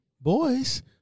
boys